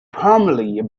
primarily